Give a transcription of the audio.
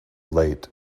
late